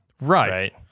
right